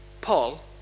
Paul